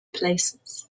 places